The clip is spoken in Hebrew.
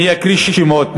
אני אקריא שמות.